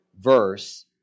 verse